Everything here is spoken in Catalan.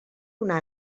una